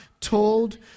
told